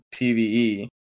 PVE